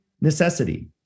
necessity